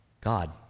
God